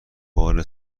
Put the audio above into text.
بار